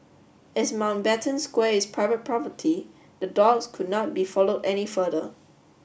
as Mountbatten Square is private property the dogs could not be followed any further